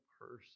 person